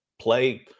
play